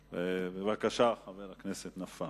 בבקשה, חבר הכנסת נפאע.